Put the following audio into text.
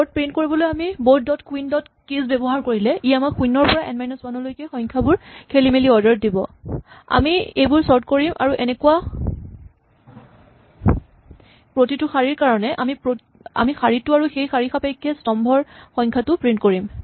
board print কৰিবলৈ আমি board dot queen dot keys ব্যৱহাৰ কৰিলে ই আমাক শূণ্যৰ পৰা এন মাইনাচ ৱান লৈকে সংখ্যাবোৰ খেলিমেলি অৰ্ডাৰ ত দিব আমি সেইবোৰ চৰ্ট কৰিম আৰু এনেকুৱা প্ৰতিটো শাৰীৰ কাৰণে আমি শাৰীটো আৰু সেই শাৰী সাপেক্ষে স্তম্ভৰ সংখ্যাটো প্ৰিন্ট কৰিম